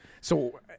So-